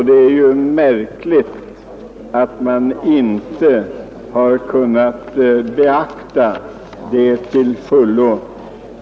Det är ju märkligt att man inte har kunnat beakta detta till fullo.